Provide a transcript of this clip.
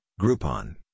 Groupon